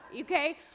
Okay